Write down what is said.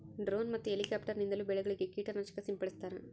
drone ಮತ್ತು helicopter ನಿಂದಲೂ ಬೆಳೆಗಳಿಗೆ ಕೀಟ ನಾಶಕ ಸಿಂಪಡಿಸ್ತಾರ